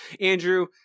Andrew